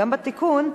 גם בתיקון: